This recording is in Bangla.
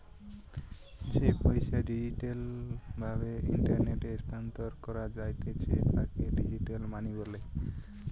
যেই পইসা ডিজিটাল ভাবে ইন্টারনেটে স্থানান্তর করা জাতিছে তাকে ডিজিটাল মানি বলে